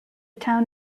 town